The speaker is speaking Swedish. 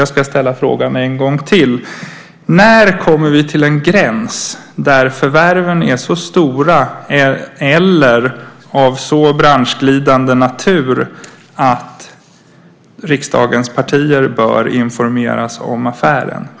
Jag ska ställa frågan en gång till: När kommer vi till en gräns där förvärven är så stora eller av så branschglidande natur att riksdagens partier bör informeras om affären?